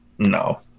No